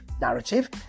narrative